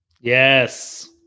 Yes